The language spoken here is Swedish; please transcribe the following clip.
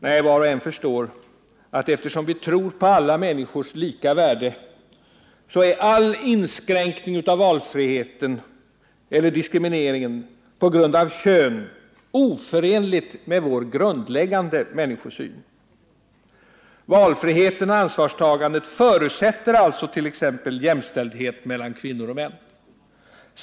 Nej, var och en förstår att eftersom vi tror på alla människors lika värde, så är all inskränkning av valfriheten eller diskrimineringen på grund av kön oförenlig med vår grundläggande människosyn. Valfriheten och ansvarstagandet förutsätter alltså t.ex. jämställdhet mellan kvinnor och män.